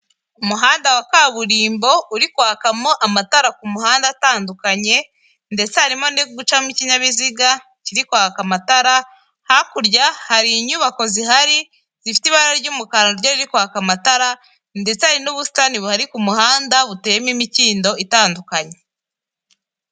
Umuhanda wa kaburimbo uri kwakamo amatara ku muhanda atandukanye ndetse harimo no gucamo ikinyabiziga kiri kwaka amatara, hakurya hari inyubako zihari zifite ibara ry'umukara na ryo riri kwaka amatara ndetse hari n'ubusitani buhari ku muhanda buteyemo imikindo itandukanye.